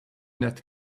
net